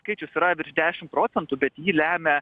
skaičius yra virš dešimt procentų bet jį lemia